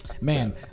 Man